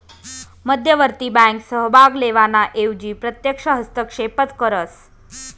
मध्यवर्ती बँक सहभाग लेवाना एवजी प्रत्यक्ष हस्तक्षेपच करस